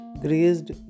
greased